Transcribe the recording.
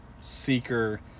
Seeker